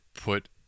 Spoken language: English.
put